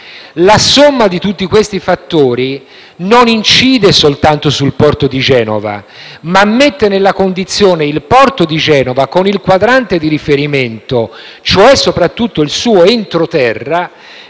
La somma di tutti questi fattori non incide soltanto sul porto di Genova, ma mette il porto di Genova, con il quadrante di riferimento (cioè soprattutto il suo entroterra),